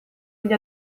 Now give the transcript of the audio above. gli